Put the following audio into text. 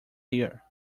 ear